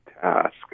task